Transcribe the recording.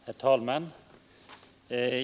Herr talman!